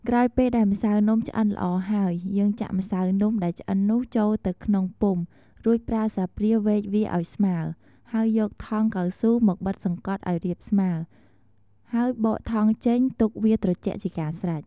ក្រោយពេលដែលម្សៅនំឆ្អិនល្អហើយយើងចាក់ម្សៅនំដែលឆ្អិននោះចូលទៅក្នុងពុម្ពរួចប្រើស្លាបព្រាវែកវាឲ្យស្មើរហើយយកថង់កៅស៊ូមកបិទសង្កត់ឲ្យរាបស្មើរហើយបកថង់ចេញទុកវាត្រជាក់ជាការស្រេច។